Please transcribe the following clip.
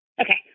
Okay